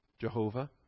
Jehovah